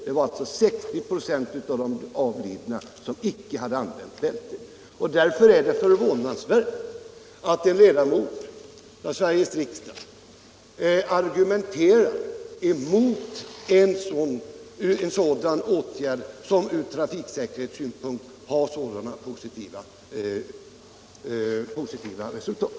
Mot den bakgrund jag här angivit är det förvånansvärt att en ledamot av Sveriges riksdag argumenterar mot en åtgärd som från trafiksäkerhetssynpunkt ger mycket positiva resultat.